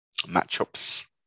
matchups